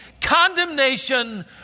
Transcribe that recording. condemnation